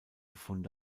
funde